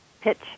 pitch